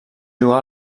juga